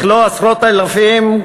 לכלוא עשרות אלפים,